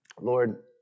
Lord